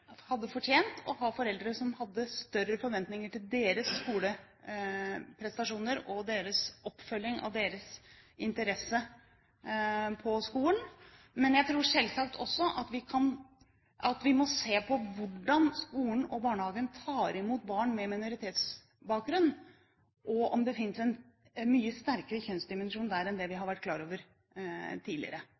hadde fortjent å ha foreldre som hadde større forventninger til deres skoleprestasjoner og fulgte opp deres interesse på skolen. Men jeg tror selvsagt også at vi må se på hvordan skolen og barnehagen tar imot barn med minoritetsbakgrunn, og om det finnes en mye sterkere kjønnsdimensjon der enn det vi har vært klar over tidligere.